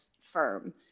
firm